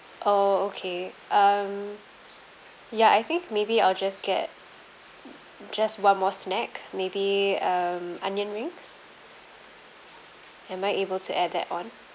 oh okay um ya I think maybe I'll just get just one more snack maybe um onion rings am I able to add that on